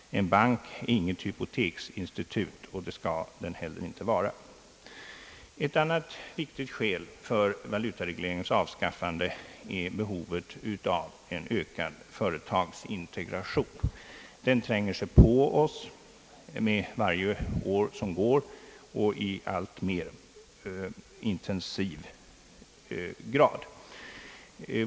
En bank är inget hypoteksinstitut och det skall den inte heller vara. Ett annat viktigt skäl för valutaregleringens avskaffande är behovet av en ökad företagsintegration. Denna tränger sig på oss för varje år som går i alltmer intensiv grad.